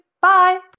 Bye